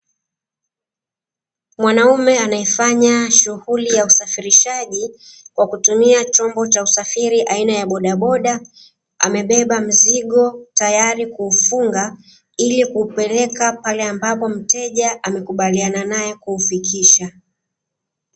Mwanaume anayefanya shughuli ya usafirishaji kwa kutumia chombo aina ya bodaboda, amebeba mzigo kwajili ya kufunga ili kupeleka pale ambapo mteja wamekubaliana kuufikisha.